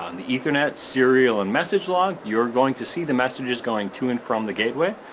um the ethernet, serial, and message log, you're going to see the messages going to and from the gateway,